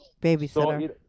Babysitter